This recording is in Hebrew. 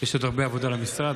יש עוד הרבה עבודה למשרד,